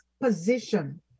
position